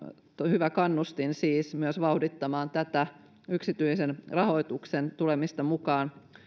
hyvä kannustin siis myös vauhdittamaan tätä yksityisen rahoituksen tulemista mukaan